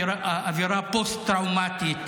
אווירה פוסט-טראומטית